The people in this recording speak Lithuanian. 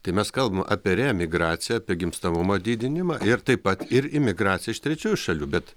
tai mes kalbam apie reemigraciją apie gimstamumo didinimą ir taip pat ir imigraciją iš trečiųjų šalių bet